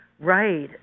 right